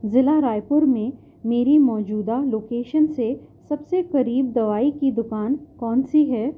ضلع رائےپور میں میری موجودہ لوکیشن سے سب سے قریب دوائی کی دکان کون سی ہے